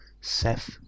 Seth